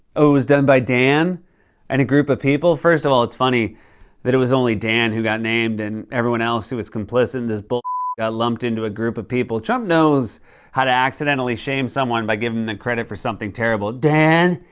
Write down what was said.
oh, it was done by dan and a group of people. first of all, it's funny that it was only dan who got named, and everyone else who was complicit in this bull bleep got lumped in to a group of people. trump knows how to accidently shame someone by giving them credit for something terrible. dan?